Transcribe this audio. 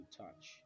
touch